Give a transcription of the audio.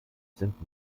sind